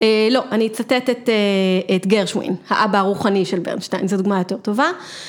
אה.. לא, אני אצטט את אה.. גרשווין, האבא הרוחני של ברנשטיין, זו דוגמה יותר טובה.